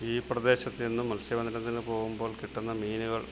ഈ പ്രദേശത്തു നിന്നും മത്സ്യബന്ധനത്തിന് പോകുമ്പോൾ കിട്ടുന്ന മീനുകൾ